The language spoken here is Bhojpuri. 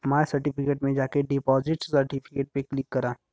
माय सर्टिफिकेट में जाके डिपॉजिट सर्टिफिकेट पे क्लिक करा